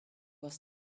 was